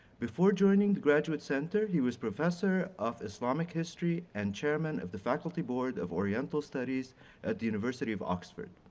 before joining the graduate center, he was professor of islamic history and chairman of the faculty board of oriental studies at the university of oxford.